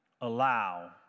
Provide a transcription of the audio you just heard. allow